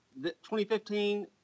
2015